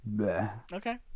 Okay